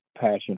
passion